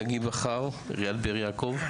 שגיא בכר, עיריית באר יעקב.